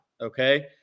okay